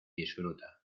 disfruta